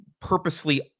purposely